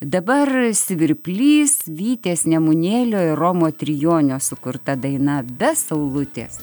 dabar svirplys vytės nemunėlio ir romo trijonio sukurta daina be saulutės